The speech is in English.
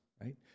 right